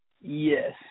Yes